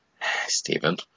Stephen